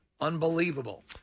Unbelievable